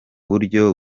buryo